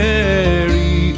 Mary